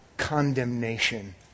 condemnation